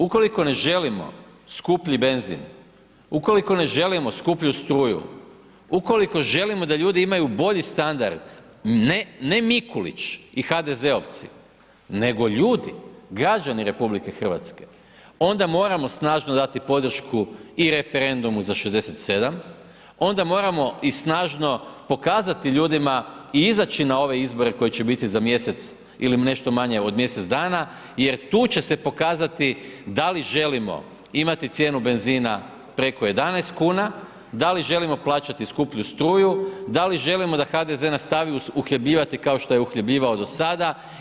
Ukoliko ne želimo skuplji benzin, ukoliko ne želimo skuplju struju, ukoliko želimo da ljudi imaju bolji standard, ne Mikulić i HDZ-ovci nego ljudi građani RH, onda moramo i snažno dati podršku i referendumu za 67, onda moramo i snažno pokazati ljudima i izaći na ove izbore koji će biti za mjesec ili nešto manje od mjesec dana jer tu će se pokazati, da li želimo imati cijenu benzina preko 11 kn, da li želimo plaćati skuplju struju, da li želimo da HDZ nastavi uhljebljivati kaso što je uhljebljivao do sada.